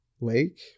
lake